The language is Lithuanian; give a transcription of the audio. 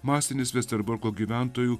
masinis vesterborko gyventojų